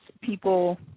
people